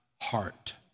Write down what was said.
heart